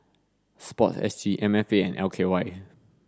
sport S G M F A and L K Y N